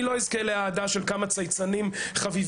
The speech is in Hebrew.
אני לא אזכה לאהדה של כמה צייצנים חביבים,